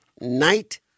Night